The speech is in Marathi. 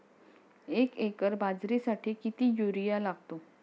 एक एकर बाजरीसाठी किती युरिया लागतो?